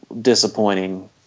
disappointing